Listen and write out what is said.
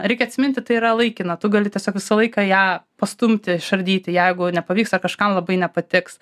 reikia atsiminti tai yra laikina tu gali tiesiog visą laiką ją pastumti išardyti jeigu nepavyksta kažkam labai nepatiks